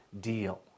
deal